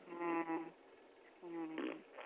हॅं हॅं